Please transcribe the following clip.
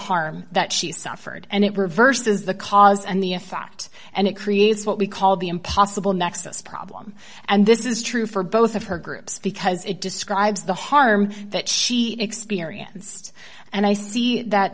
harm that she suffered and it reverses the cause and the a fact and it creates what we call the impossible nexus problem and this is true for both of her groups because it describes the harm that she experienced and i see that